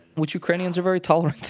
which ukrainians are very tolerant